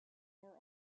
were